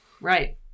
right